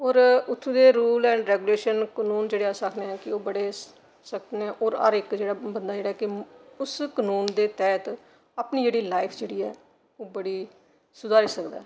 और उत्थूं दे रूल एंड रेगूलेशन कनून जेह्ड़े अस आखनेआं कि ओह् बड़े सख्त न और हर इक जेह्ड़ा बंदा जेह्ड़ा ऐ कि उस कनून दे तैह्त अपनी जेह्ड़ी लाइफ जेह्ड़ी ऐ ओह् बड़ी सुधारी सकदा ऐ